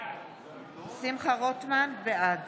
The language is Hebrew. בעד